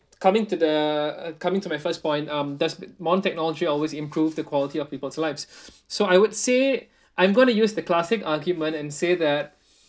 coming to the coming to my first point um does modern technology always improve the quality of people's lives so I would say I'm gonna use the classic argument and say that